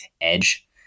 edge